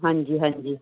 ਹਾਂਜੀ ਹਾਂਜੀ